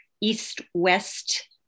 east-west